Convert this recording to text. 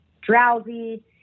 drowsy